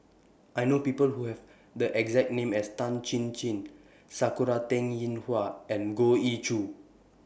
I know People Who Have The exact name as Tan Chin Chin Sakura Teng Ying Hua and Goh Ee Choo